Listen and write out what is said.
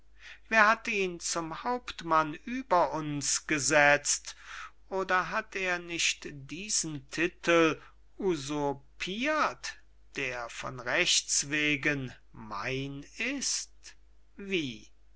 wer hat ihn zum hauptmann über uns gesetzt oder hat er nicht diesen titel usurpirt der von rechtswegen mein ist wie